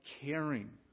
caring